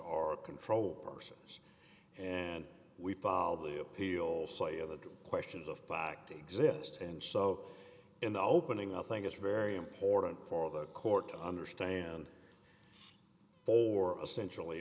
are controlled persons and we follow the appeal say of the questions of fact exist and so in the opening i think it's very important for the court to understand for a centrally